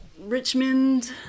Richmond